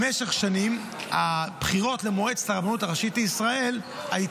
במשך שנים הבחירות למועצת הרבנות הראשית לישראל היו